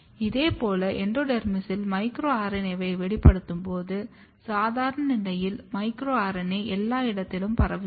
இதேபோல்எண்டோடெர்மிஸில் micro RNAவை வெளிப்படுத்தும்போது சாதாரண நிலையில் மைக்ரோ RNA எல்லா இடத்திலும் பரவுகிறது